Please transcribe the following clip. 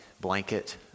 blanket